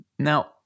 Now